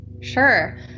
Sure